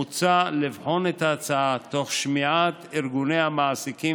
מוצע לבחון את ההצעה תוך שמיעת ארגוני המעסיקים